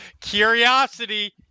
Curiosity